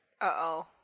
Uh-oh